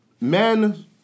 men